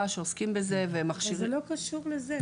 שעוסקים בזה והם --- זה לא קשור לזה.